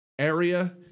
area